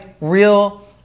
real